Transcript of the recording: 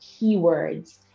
keywords